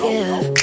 Give